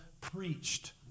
preached